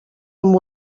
amb